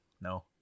No